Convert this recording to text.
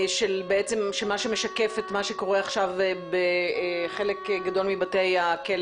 מה שמשקף את מה שקורה עכשיו בחלק גדול מבתי הכלא